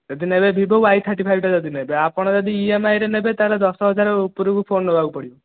ଯଦି ନେବେ Vivo Y thirty ଫାଇଭ୍ଟା ଯଦି ନେବେ ଆପଣ ଯଦି ଇଏମ୍ଆଇରେ ନେବେ ତା'ହେଲେ ଦଶ ହଜାର ଉପରକୁ ଫୋନ୍ ନେବାକୁ ପଡ଼ିବ